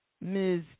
Ms